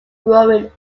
growing